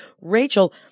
Rachel